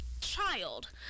child